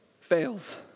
fails